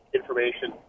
information